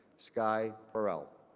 sky parral.